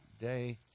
day